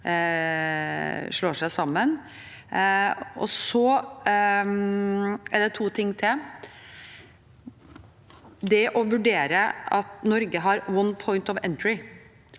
slår seg sammen. Så er det to ting til. Det første er å vurdere at Norge har «one point of entry»,